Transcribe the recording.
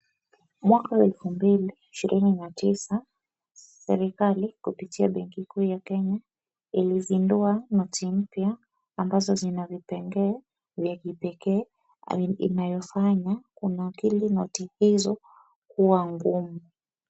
Mwaka wa 2019 serikali kupitia benki kuu ya Kenya ilizindua noti mpya ambazo zina zipengee vya kipekee inaofanya kunakili noti hizo kuwa ngumu.